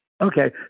Okay